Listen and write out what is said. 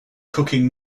cooking